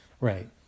right